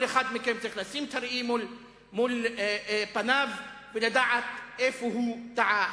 כל אחד מכם צריך לשים את הראי מול פניו ולדעת איפה הוא טעה.